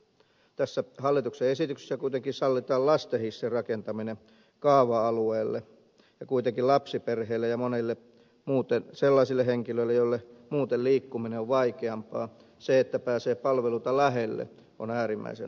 tässä hallituksen esityksessä kuitenkin sallitaan lasten hissin rakentaminen kaava alueelle ja kuitenkin lapsiperheille ja monille sellaisille henkilöille joille muuten liikkuminen on vaikeampaa se että pääsee palveluita lähelle on äärimmäisen tärkeää